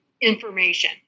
information